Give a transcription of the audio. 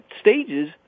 stages